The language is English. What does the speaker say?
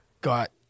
Got –